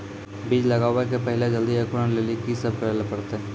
बीज लगावे के पहिले जल्दी अंकुरण लेली की सब करे ले परतै?